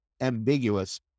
ambiguous